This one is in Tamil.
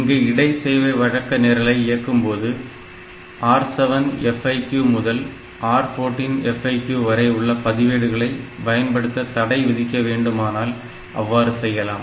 இங்கு இடை சேவை வழக்க நிரலை இயக்கும்போது R7 FIQ முதல் R14 FIQ வரை உள்ள பதிவேடுகளை பயன்படுத்த தடை விதிக்க வேண்டுமானால் அவ்வாறு செய்யலாம்